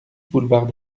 boulevard